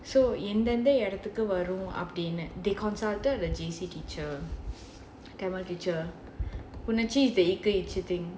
so எந்தெந்த இடத்துக்கு வரும் அப்டினு:endhaendha idathukku varum apdinu they consulted the J_C teacher tamil teacher புணர்ச்சி:punarchi is the thing